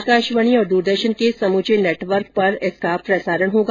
आकाशवाणी और द्रदर्शन के समूचे नेटवर्क पर इसका प्रसारण होगा